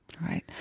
right